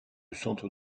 centre